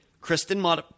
Kristen